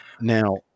Now